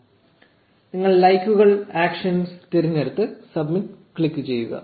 0839 നിങ്ങൾ ലൈക്കുകൾ 'ആക്ഷൻസ്' തിരഞ്ഞെടുത്ത് 'സബ്മിറ്റ്' ക്ലിക്കുചെയ്യുക